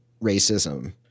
racism